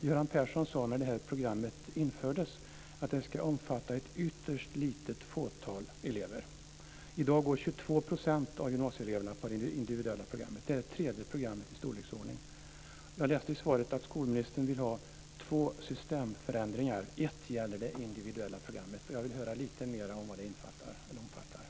Göran Persson sade när det här programmet infördes att det ska omfatta ett I dag går 22 % av gymnasieeleverna på det individuella programmet. Det är det tredje programmet i storleksordning. Jag läste i svaret att skolministern vill ha två systemförändringar. En gäller det individuella programmet, och jag vill höra lite mer om vad det omfattar.